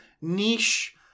niche